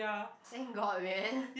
thank god man